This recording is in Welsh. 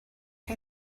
chi